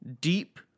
deep